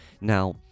now